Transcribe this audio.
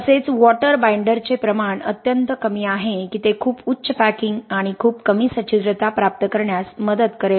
तसेच वॉटर बाइंडरचे प्रमाण अत्यंत कमी आहे की ते खूप उच्च पॅकिंग आणि खूप कमी सच्छिद्रता प्राप्त करण्यास मदत करेल